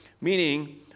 Meaning